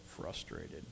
frustrated